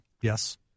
yes